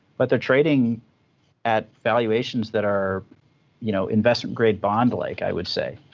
but they're trading at valuations that are you know investment-grade bond-like, i would say.